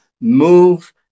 move